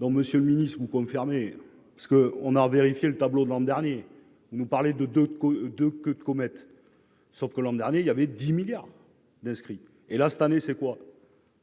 donc Monsieur le Ministre, vous confirmez parce que on a revérifié le tableau de l'an dernier nous parler de, de, de, de queue de comète, sauf que l'an dernier il y avait 10 milliards d'inscrits et là cette année c'est quoi.